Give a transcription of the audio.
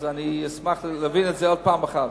אני אשמח להבין את זה עוד פעם אחת.